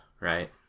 right